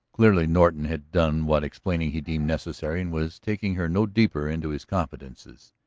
clearly norton had done what explaining he deemed necessary and was taking her no deeper into his confidences.